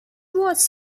was